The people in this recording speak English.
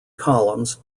columns